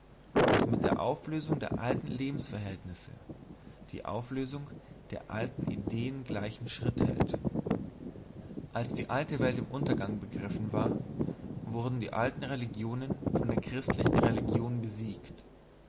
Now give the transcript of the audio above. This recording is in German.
daß mit der auflösung der alten lebensverhältnisse die auflösung der alten ideen gleichen schritt hält als die alte welt im untergehen begriffen war wurden die alten religionen von der christlichen religion besiegt